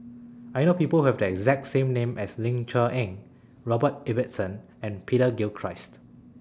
I know People Who Have The exact name as Ling Cher Eng Robert Ibbetson and Peter Gilchrist